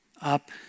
up